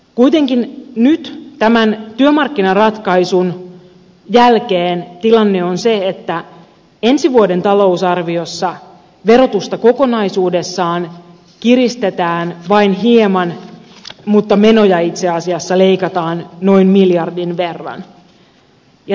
kuitenkin nyt tämän työmarkkinaratkaisun jälkeen tilanne on se että ensi vuoden talousarviossa verotusta kokonaisuudessaan kiristetään vain hieman mutta menoja itse asiassa leikataan noin miljardin verran